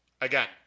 again